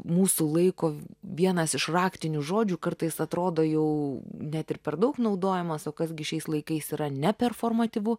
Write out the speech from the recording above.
mūsų laiko vienas iš raktinių žodžių kartais atrodo jau net ir per daug naudojamas o kas gi šiais laikais yra neperformativu